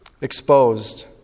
exposed